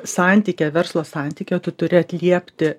santykyje verslo santykyje tu turi atliepti